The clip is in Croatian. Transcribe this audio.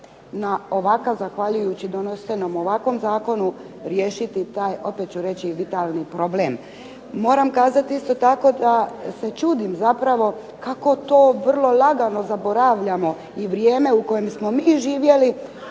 će moći zahvaljujući donesenom ovakvom zakonu riješiti taj, opet ću reći, vitalni problem. Moram kazat isto tako da se čudim zapravo kako to vrlo lagano zaboravljamo i vrijeme u kojem smo mi živjeli